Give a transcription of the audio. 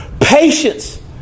Patience